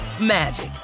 magic